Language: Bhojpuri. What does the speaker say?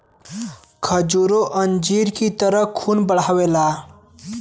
खजूरो अंजीर की तरह खून बढ़ावेला